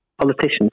politicians